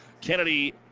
Kennedy